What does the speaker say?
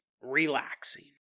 relaxing